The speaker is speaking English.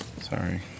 Sorry